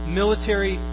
military